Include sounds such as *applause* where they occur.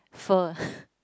fur *laughs*